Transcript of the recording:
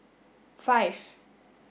five